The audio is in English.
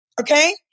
okay